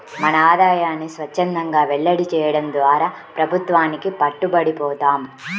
మన ఆదాయాన్ని స్వఛ్చందంగా వెల్లడి చేయడం ద్వారా ప్రభుత్వానికి పట్టుబడి పోతాం